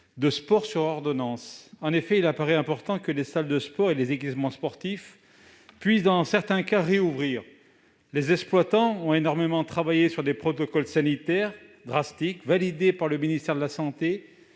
de sport. En effet, il paraît important que les salles de sport et les équipements sportifs puissent, dans certains cas, rouvrir. Les exploitants de ces salles ont énormément travaillé sur des protocoles sanitaires drastiques, validés par le ministère de la santé,